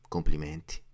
Complimenti